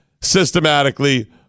systematically